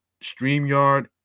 StreamYard